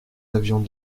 avions